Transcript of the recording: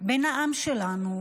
בין העם שלנו,